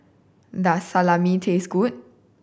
does Salami taste good